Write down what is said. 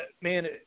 man